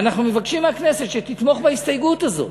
ואנחנו מבקשים מהכנסת שתתמוך בהסתייגות הזו.